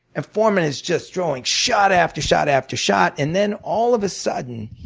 and foreman is just throwing shot after shot after shot. and then all of a sudden,